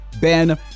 Ben